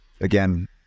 again